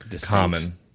common